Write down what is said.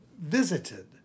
visited